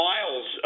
Miles